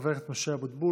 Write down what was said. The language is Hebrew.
לחבר הכנסת משה אבוטבול.